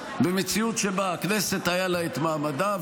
במציאות שבה הכנסת היה לה את מעמדה,